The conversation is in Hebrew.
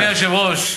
אדוני היושב-ראש,